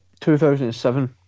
2007